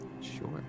Sure